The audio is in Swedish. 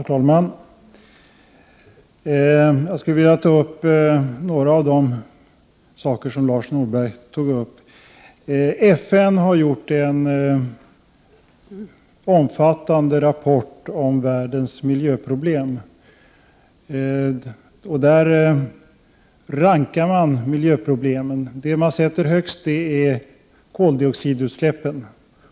Herr talman! Jag skulle vilja ta upp några av de saker som Lars Norberg nämnde. FN har gjort en omfattande rapport om världens miljöproblem. I denna rapport rankar man miljöproblemen. Det miljöproblem som sätts högst upp på listan är koldioxidutsläppen.